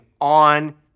on